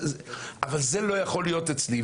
אבל זה לא יכול להיות אצלי,